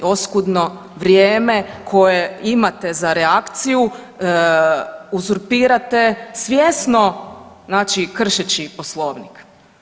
Oskudno vrijeme koje imate za reakciju uzurpirate svjesno znači kršeći Poslovnik.